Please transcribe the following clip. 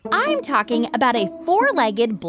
i'm talking about a four-legged, but